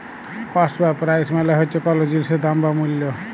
cost বা price মালে হছে কল জিলিসের দাম বা মূল্য